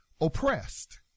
oppressed